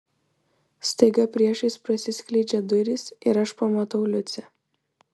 staiga priešais prasiskleidžia durys ir aš pamatau liucę